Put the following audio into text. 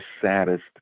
saddest